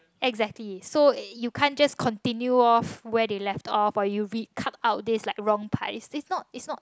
exactly so you can't just continue off where they left off but you recut out this like wrong piles is not is not